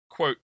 quote